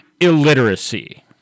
illiteracy